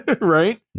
Right